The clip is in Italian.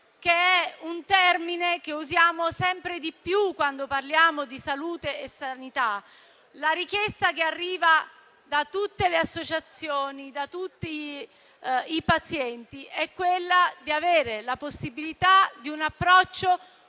che è un termine che usiamo sempre di più quando parliamo di salute e sanità. La richiesta che arriva da tutte le associazioni, da tutti i pazienti, è di avere la possibilità di un approccio